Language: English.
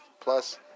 plus